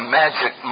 magic